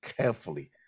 carefully